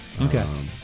Okay